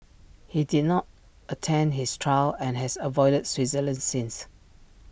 he did not attend his trial and his avoided Switzerland since